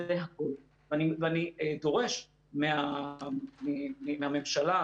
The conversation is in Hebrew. ואני דורש מהממשלה,